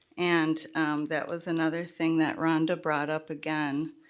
and that was another thing that rhonda brought up again,